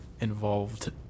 involved